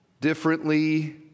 differently